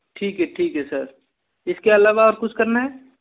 ठीक है ठीक है सर इसके अलावा और कुछ करना है